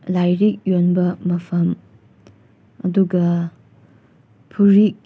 ꯂꯥꯏꯔꯤꯛ ꯌꯣꯟꯕ ꯃꯐꯝ ꯑꯗꯨꯒ ꯐꯨꯔꯤꯠ